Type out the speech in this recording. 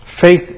Faith